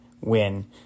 win